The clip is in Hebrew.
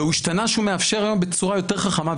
והוא השתנה ככה שהוא מאפשר היום בצורה יותר חכמה,